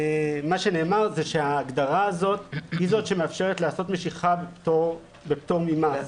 מה שנאמר זה שההגדרה הזאת היא זאת שמאפשרת לעשות משיכה בפטור ממס.